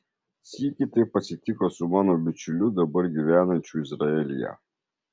sykį taip atsitiko su mano bičiuliu dabar gyvenančiu izraelyje